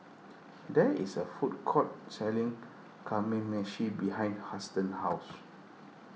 there is a food court selling Kamameshi behind Huston's house